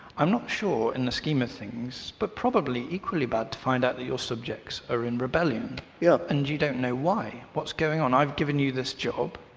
i'm not sure in the scheme of things, but probably equally bad to find out that your subjects are in rebellion. yes yeah and you don't know why. what's going on? i've given you this job.